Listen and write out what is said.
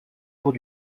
cours